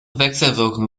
wechselwirkung